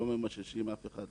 לא ממששים אף אחד,